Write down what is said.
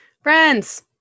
Friends